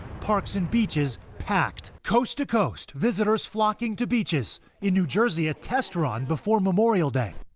parks and beaches packed. coast-to-coast, visitors flocking to beaches in new jersey a test run before memorial day.